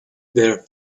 their